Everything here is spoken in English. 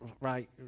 right